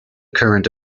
current